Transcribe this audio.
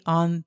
on